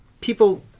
people